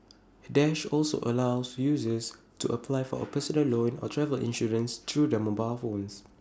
dash also allows users to apply for A personal loan or travel insurance through their mobile phones